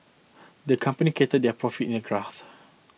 the company charted their profit in a graph